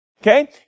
Okay